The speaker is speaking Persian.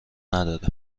نداره